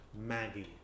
Maggie